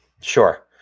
sure